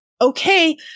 okay